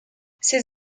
ses